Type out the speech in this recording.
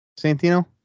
Santino